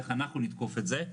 אין אנחנו נתקוף את זה,